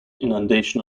inundation